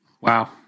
Wow